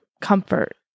comfort